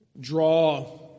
draw